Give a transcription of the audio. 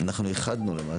לא,